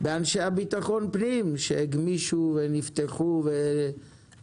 באנשי המשרד לביטחון פנים שהגמישו ונפתחו ודנו